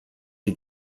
die